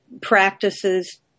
practices